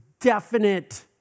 definite